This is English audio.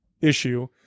issue